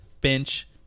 bench